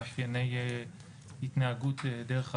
ואתם מאפשרים ותאפשרו באמת למשוך את כספי הפיטורין כרכיב בפני